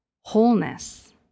wholeness